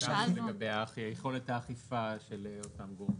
שאלנו לגבי יכולת האכיפה של אותם הגורמים.